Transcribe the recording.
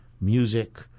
music